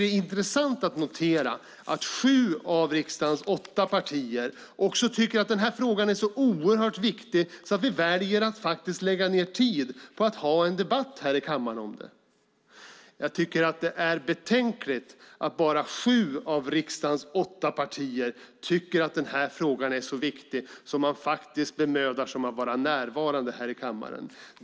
Det är intressant att notera att sju av riksdagens åtta partier också tycker att frågan är så oerhört viktig att vi väljer att lägga ned tid på att ha en debatt här i kammaren om den. Jag tycker att det är betänkligt att bara sju av riksdagens åtta partier tycker att frågan är så viktig att vi faktiskt bemödar oss att vara närvarande här i kammaren.